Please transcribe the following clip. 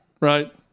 right